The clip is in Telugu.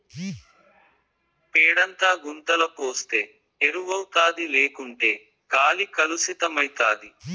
పేడంతా గుంతల పోస్తే ఎరువౌతాది లేకుంటే గాలి కలుసితమైతాది